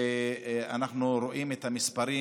ואנחנו רואים את המספרים,